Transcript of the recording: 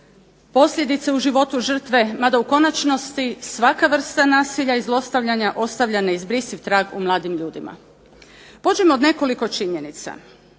posljedice u životu žrtve, mada u konačnosti svaka vrsta nasilja i zlostavljanja ostavlja neizbrisiv trag u mladim ljudima. Pođimo od nekoliko činjenica.